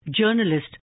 journalist